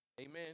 Amen